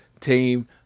team